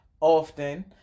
often